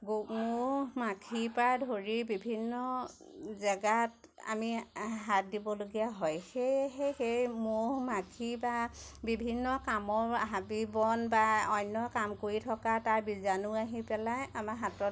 মৌ মাখিৰ পৰা ধৰি বিভিন্ন জেগাত আমি হাত দিবলগীয়া হয় সেয়েহে সেয়ে মৌ মাখি বা বিভিন্ন কামৰ হাবি বন বা অন্য কাম কৰি থকা তাৰ বীজাণু আহি পেলাই আমাৰ হাতত